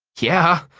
yeah!